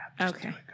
Okay